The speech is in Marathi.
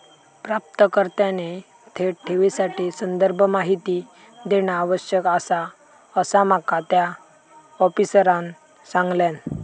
प्राप्तकर्त्याने थेट ठेवीसाठी संदर्भ माहिती देणा आवश्यक आसा, असा माका त्या आफिसरांनं सांगल्यान